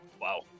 Wow